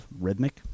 rhythmic